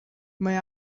may